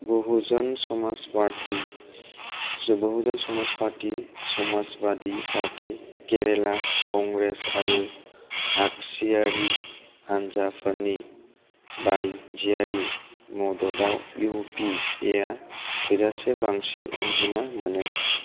बहुजन Samaj party Bahujan Samaj party Samajwadi party Kerala Congress आरो आगसियारि हान्जाफोरनि बायजोयारि मददआव युपिएआ थोजासे बांसिन अनजिमा मोनो